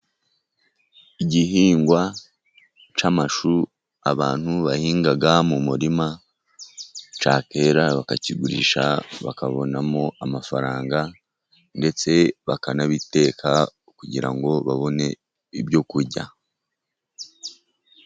Igihingwa cy'amashu abantu bahinga mu murima cyakwera bakakigurisha, bakabonamo amafaranga, ndetse bakanabiteka, kugira ngo babone ibyo kurya.